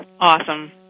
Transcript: Awesome